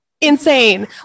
insane